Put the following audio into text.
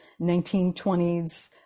1920s